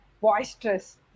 boisterous